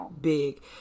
big